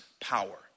power